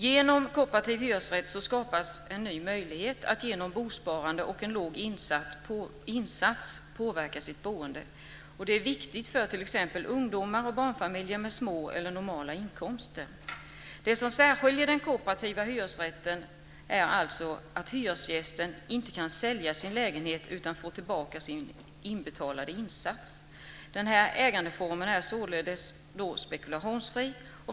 Genom kooperativ hyresrätt skapas en ny möjlighet att genom bosparande och en låg insats påverka sitt boende. Det är viktigt för t.ex. ungdomar och barnfamiljer med små eller normala inkomster. Det som särskiljer den kooperativa hyresrätten är alltså att hyresgästen inte kan sälja sin lägenhet utan får tillbaka sin inbetalade insats. Den ägandeformen är således spekulationsfri.